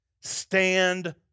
Stand